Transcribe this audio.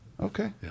Okay